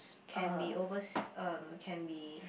can be overs~ um can be